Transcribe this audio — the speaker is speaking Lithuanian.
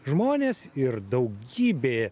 žmonės ir daugybė